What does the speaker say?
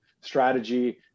strategy